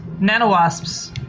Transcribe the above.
nanowasps